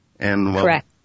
correct